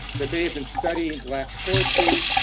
that they have been studying black poetry,